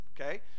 okay